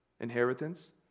Inheritance